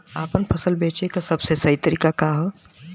आपन फसल बेचे क सबसे सही तरीका का ह?